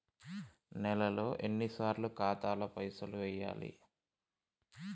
నెలలో ఎన్నిసార్లు ఖాతాల పైసలు వెయ్యాలి?